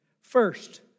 First